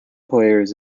players